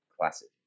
Classic